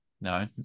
no